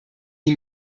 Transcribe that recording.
die